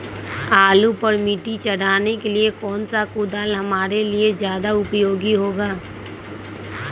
आलू पर मिट्टी चढ़ाने के लिए कौन सा कुदाल हमारे लिए ज्यादा उपयोगी होगा?